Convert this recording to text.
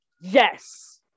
Yes